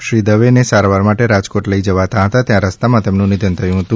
શ્રી ભરતભાઈ દવેને સારવાર માટે રાજકોટ લઈ જવાના હતા ત્યાં રસ્તામાં તેમનું નિધન થયું છે